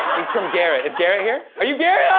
is from garrett. is garrett here? are you garrett?